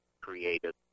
created